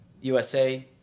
USA